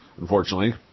unfortunately